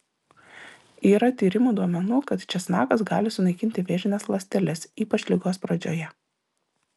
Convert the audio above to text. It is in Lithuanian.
yra tyrimų duomenų kad česnakas gali sunaikinti vėžines ląsteles ypač ligos pradžioje